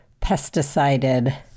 pesticided